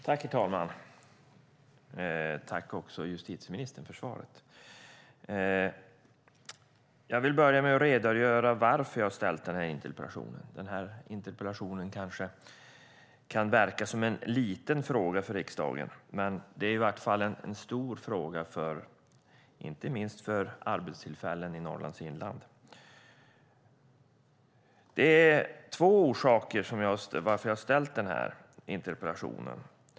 Herr talman! Tack för svaret, justitieministern! Jag vill börja med att redogöra för varför jag har ställt interpellationen. Det kan kanske verka som en liten fråga för riksdagen. Men det är i varje fall en stor fråga inte minst för arbetstillfällen i Norrlands inland. Det är två orsaker till att jag har ställt interpellationen.